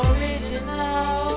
Original